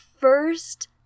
first